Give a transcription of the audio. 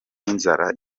inzara